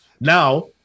Now